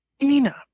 Nina